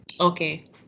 Okay